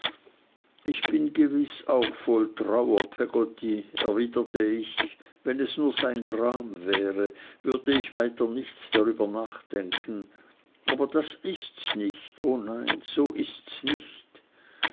ich bin gewiß auch voll trauer peggotty erwiderte ich wenn es nur sein gram wäre würde ich weiter gar nicht darüber nachdenken aber das ists nicht o nein das ists nicht